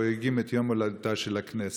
חוגגים את יום הולדתה של הכנסת.